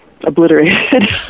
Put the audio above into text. obliterated